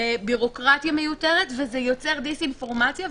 זה בירוקרטיה מיותרת ויוצר דיס אינפורמציה,